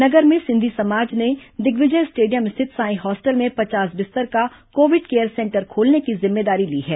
नगर में सिंधी समाज ने दिग्विजय स्टेडियम स्थित सांई हॉस्टल में पचास बिस्तर का कोविड केयर सेंटर खोलने की जिम्मेदारी ली है